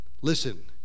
Listen